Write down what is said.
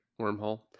wormhole